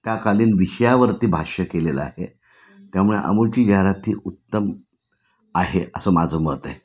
त्या कालीन विषयावरती भाष्य केलेलं आहे त्यामुळे अमूलची जाहिरात ही उत्तम आहे असं माझं मत आहे